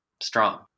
strong